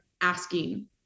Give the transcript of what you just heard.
asking